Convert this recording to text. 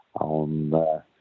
on